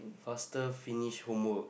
faster finish homework